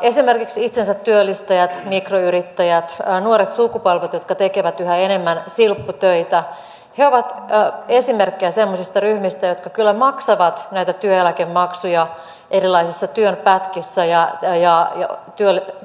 esimerkiksi itsensätyöllistäjät mik royrittäjät nuoret sukupolvet jotka tekevät yhä enemmän silpputöitä ovat esimerkkejä semmoisista ryhmistä jotka kyllä maksavat näitä työeläkemaksuja erilaisissa työn pätkissä ja